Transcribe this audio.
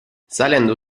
salendo